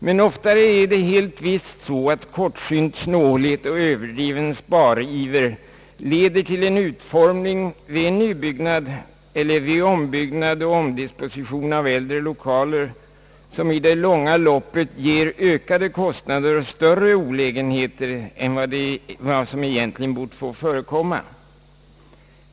Men ofta är det helt visst så, att kortsynt snålhet och överdriven spariver leder till en utformning vid nybyggnad eller ombyggnad eller omdisposition av äldre lokaler som i det långa loppet ger ökade kostnader och större olägenheter än vad som egentligen bort få förekomma.